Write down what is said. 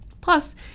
Plus